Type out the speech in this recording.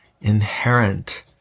inherent